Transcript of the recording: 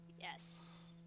Yes